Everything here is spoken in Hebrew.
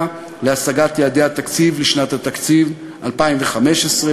להשגת יעדי התקציב לשנת התקציב 2015),